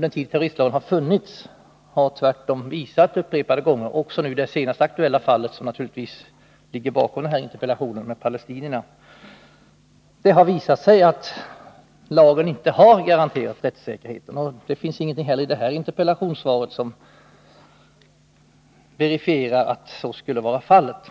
den tid terroristlagen funnits har tvärtom upprepade gånger — även i det senast aktuella fallet med palestinierna, som naturligtvis ligger bakom interpellationen — visat att lagen inte har garanterat rättssäkerhet. Det finns heller ingenting i interpellationssvaret som verifierar att så skulle vara fallet.